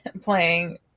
Playing